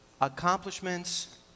accomplishments